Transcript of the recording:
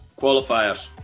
qualifiers